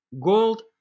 gold